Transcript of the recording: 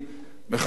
בהתנהלות,